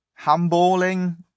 handballing